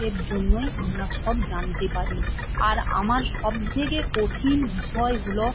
এর জন্যই আমরা সব জানতে পারি আর আমার সব থেকে কঠিন বিষয় হলো